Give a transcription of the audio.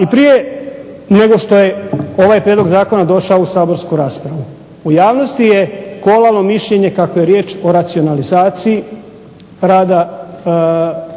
I prije nego što je ovaj prijedlog zakona došao u saborsku raspravu u javnosti je kolalo mišljenje kako je riječ o racionalizaciji rada